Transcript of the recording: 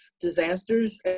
disasters